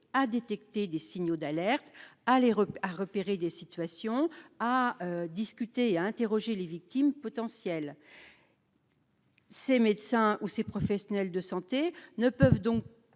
à détecter des signaux d'alerte à l'à repérer des situations à discuter et à interroger les victimes potentielles. Ces médecins ou ces professionnels de santé ne peuvent donc